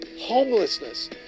homelessness